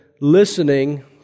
listening